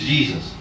Jesus